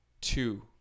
two